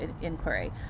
inquiry